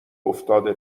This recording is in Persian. افتاده